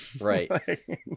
Right